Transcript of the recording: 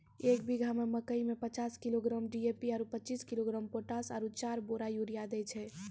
एक बीघा मे मकई मे पचास किलोग्राम डी.ए.पी आरु पचीस किलोग्राम पोटास आरु चार बोरा यूरिया दैय छैय?